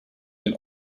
den